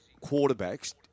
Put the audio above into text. quarterbacks